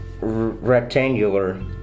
rectangular